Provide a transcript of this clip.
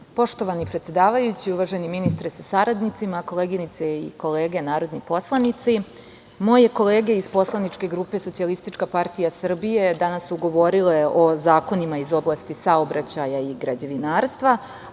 Poštovani predsedavajući, uvaženi ministre sa saradnicima, koleginice i kolege narodni poslanici, moje kolege iz Poslaničke grupe SPS danas su govorili o zakonima iz oblasti saobraćaja i građevinarstva,